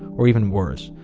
or even worse,